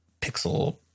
pixel